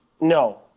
No